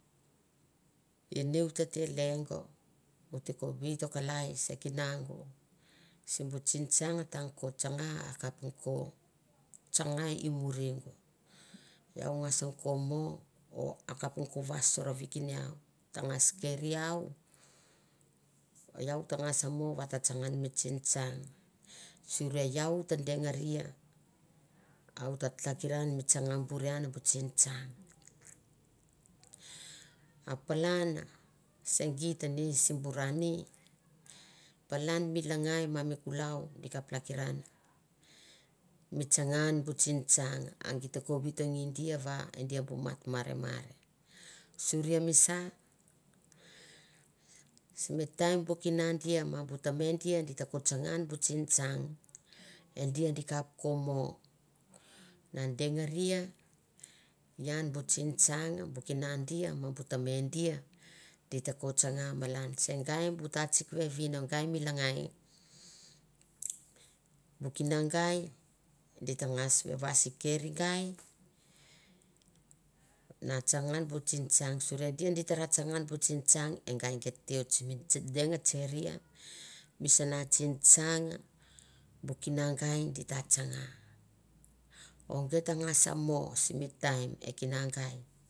Ine oit tete lengo, o te ko vit kalai se kinaung simbu tsingtsang tang ko tsanga akap nga ko tsanga i muring iau ngas ko mo o akap kong vais sorvikine iau, ta ngas keri iau, iau ta ngas mo va ta tsanga ian mi tsingtsang, suri iau ta dengaria a u ta hakiran mi tsanga bur an bu tsingtsang. A palan se geit ni simbu ra ni, palan mi langai ma mi kulau di kap hakiran mi tsanga ian bu tsintsang, a di te ko vitongia di va e dia bu mat di ta ko tsanga ian bu tsintsang e dia di kap ko mo na dengaria ian bu tsingtsang bu kina dis ma bu teme dia di te ko tsanga malan se gai bu tatsik vevin o gai mi langai, bu kina gai di ta ngas vais keri gai na tsanga an bu tsintsang suri e di di te ra tsanga an bu tsintsang, e gai gai te oit mi deng tseria mi sana tsingtsang bu kina gai di ta tsanga, o gai ta ngas mo simi taim e kina gai